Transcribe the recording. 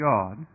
God